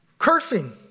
Cursing